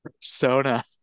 Persona